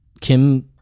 Kim